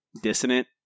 dissonant